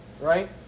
right